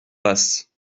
passe